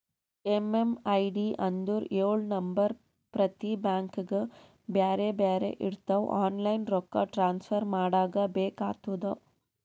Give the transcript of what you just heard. MMID ಅಂದುರ್ ಎಳು number ಪ್ರತಿ ಬ್ಯಾಂಕ್ಗ ಬ್ಯಾರೆ ಬ್ಯಾರೆ ಇರ್ತಾವ್ ಆನ್ಲೈನ್ ರೊಕ್ಕಾ ಟ್ರಾನ್ಸಫರ್ ಮಾಡಾಗ ಬೇಕ್ ಆತುದ